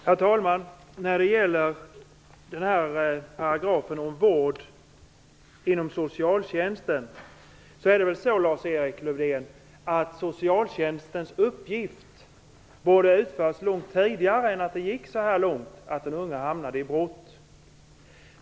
Herr talman! När det gäller paragrafen om vård inom socialtjänsten, Lars-Erik Lövdén, borde socialtjänstens uppgift vara att ingripa mycket tidigare än när det har gått så långt att en ung människa har hamnat i brottslighet.